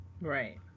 Right